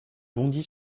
bondit